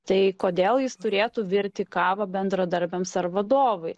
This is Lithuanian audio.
tai kodėl jis turėtų virti kavą bendradarbiams ar vadovui